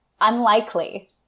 unlikely